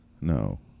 No